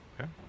Okay